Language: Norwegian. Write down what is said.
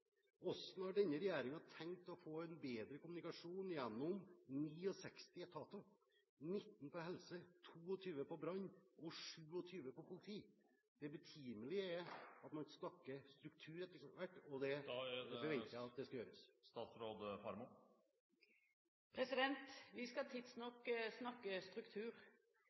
Hvordan har denne regjeringen tenkt å få en bedre kommunikasjon gjennom 69 etater – 19 på helse, 23 på brann og 27 på politi? Det er betimelig at man snakker struktur etter hvert, og det forventer jeg skal gjøres. Vi skal tidsnok snakke struktur,